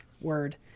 Word